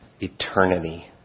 Eternity